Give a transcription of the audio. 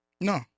No